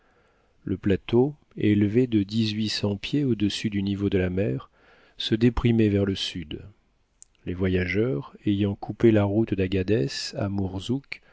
le plateau élevé de dix-huit cents pieds au-dessus du niveau de la mer se déprimait vers le sud les voyageurs ayant coupé la route d'aghadès